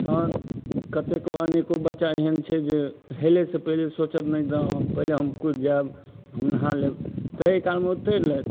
कतेको अनेको बच्चा एहन छै जे हेलै से पहिले सोचत नहि तऽ पहिले हम किछु जाएब हम नहा लेब ताहि कालमे ओतै लेत